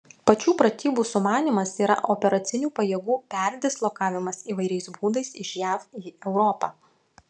pačių pratybų sumanymas yra operacinių pajėgų perdislokavimas įvairiais būdais iš jav į europą